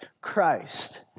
Christ